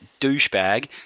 douchebag